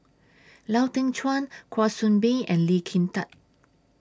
Lau Teng Chuan Kwa Soon Bee and Lee Kin Tat